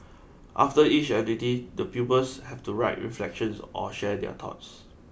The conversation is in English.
after each activity the pupils have to write reflections or share their thoughts